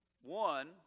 One